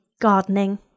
gardening